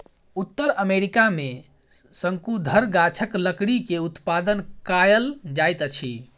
उत्तर अमेरिका में शंकुधर गाछक लकड़ी के उत्पादन कायल जाइत अछि